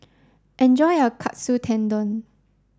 enjoy your Katsu Tendon